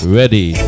ready